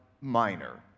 minor